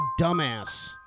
dumbass